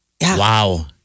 Wow